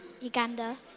Uganda